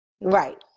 Right